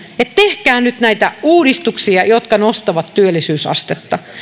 että tehkää nyt näitä uudistuksia jotka nostavat työllisyysastetta